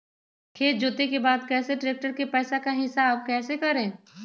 खेत जोते के बाद कैसे ट्रैक्टर के पैसा का हिसाब कैसे करें?